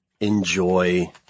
enjoy